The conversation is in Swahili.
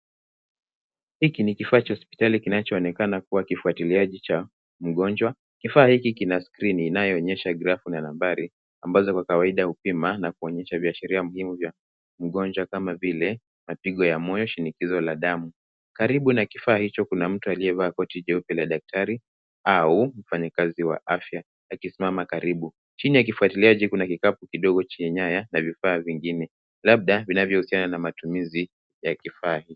Hiki ni kifaa cha hospitali, kinachoonekana kuwa kifuatiliaji cha mgonjwa. Kifaa hiki kina skrini inayoonyesha grafu na nambari, ambazo ni kawaida kupima na kuonyesha viashiria muhimu vya mgonjwa kama vile mapigo ya moyo au shinikizo la damu. Kifaa hicho kina mtu aliyevaa koti jeupe la daktari, au mfanyakazi wa afya, akisimama karibu. Kila kifuatiliaji kina kikapu kidogo chenye vifaa vingine, labda vinayohusiana na matumizi ya kifaa hiki.